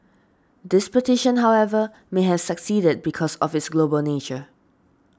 this petition however may have succeeded because of its global nature